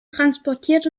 transportiert